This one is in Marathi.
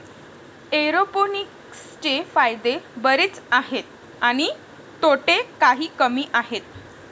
एरोपोनिक्सचे फायदे बरेच आहेत आणि तोटे काही कमी आहेत